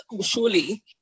surely